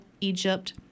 Egypt